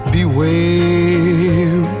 Beware